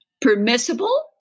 permissible